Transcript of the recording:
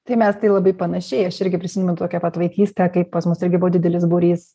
tai mes tai labai panašiai aš irgi prisimenu tokią pat vaikystę kai pas mus irgi buvo didelis būrys